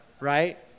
Right